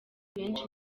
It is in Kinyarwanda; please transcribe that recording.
benshi